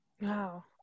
Wow